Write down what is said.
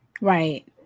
Right